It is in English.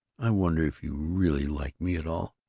i wonder if you really like me at all?